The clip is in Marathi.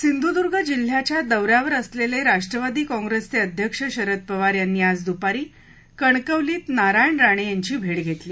सिंधूर्द्रा जिल्ह्याच्या दौऱ्यावर असलेले राष्ट्रवादी काँप्रेसचे अध्यक्ष शरद पवार यांनी आज द्रपारी कणकवलीत नारायण राणे यांची भेट घेतली